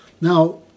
Now